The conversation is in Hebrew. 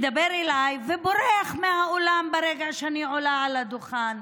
מדבר אליי ובורח מהאולם ברגע שאני עולה על הדוכן.